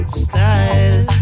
style